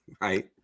Right